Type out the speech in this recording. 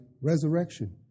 resurrection